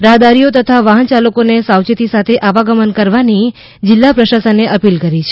રાહદારીઓ તથા વાહનચાલકોને સાવચેતી સાથે આવાગમન કરવાની જિલ્લા પ્રશાસને અપીલ કરી છે